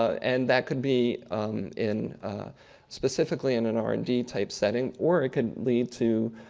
and that could be in specifically in an r and d type setting, or it could lead to,